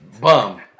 Bum